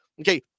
Okay